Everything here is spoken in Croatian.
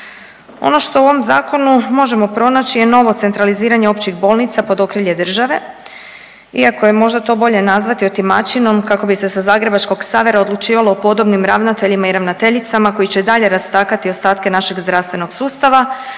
Ono što u ovom zakonu možemo pronaći je novo centraliziranje općih bolnica pod okrilje države iako je možda to bolje nazvati otimačinom kako bi se sa zagrebačkog Ksavera odlučivalo o podobnim ravnateljima i ravnateljicama koji će i dalje rastakati ostatke našeg zdravstvenog sustava,